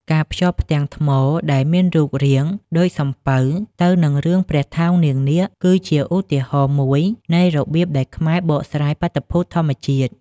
ការភ្ជាប់ផ្ទាំងថ្មដែលមានរូបរាងដូចសំពៅទៅនឹងរឿងព្រះថោងនាងនាគ គឺជាឧទាហរណ៍មួយនៃរបៀបដែលខ្មែរបកស្រាយបាតុភូតធម្មជាតិ។